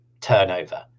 turnover